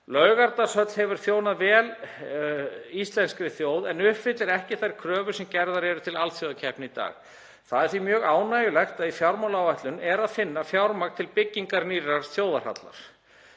Laugardalshöll hefur þjónað vel íslenskri þjóð en uppfyllir ekki þær kröfur sem gerðar eru til alþjóðakeppni í dag. Því er mjög ánægjulegt að í fjármálaáætlun er að finna fjármagn til byggingar nýrrar þjóðarhallar.